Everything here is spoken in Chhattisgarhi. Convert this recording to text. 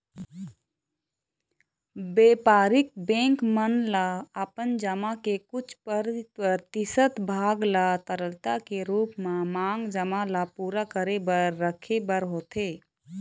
बेपारिक बेंक मन ल अपन जमा के कुछ परतिसत भाग ल तरलता के रुप म मांग जमा ल पुरा करे बर रखे बर होथे